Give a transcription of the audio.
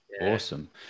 Awesome